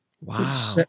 Wow